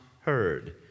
heard